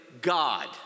God